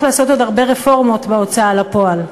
לעשות עוד הרבה רפורמות בהוצאה לפועל.